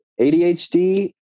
adhd